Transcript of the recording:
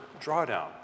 drawdown